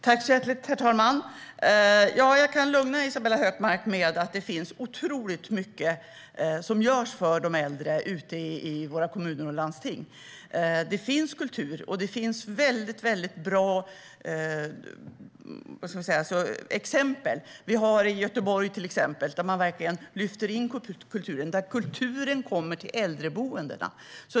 Herr talman! Jag kan lugna Isabella Hökmark med att det finns otroligt mycket som görs för de äldre ute i våra kommuner och landsting. Det finns kultur, och det finns väldigt bra exempel. Vi har till exempel Göteborg, där man verkligen lyfter in kulturen - där kulturen kommer till äldreboendena.